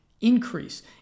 increase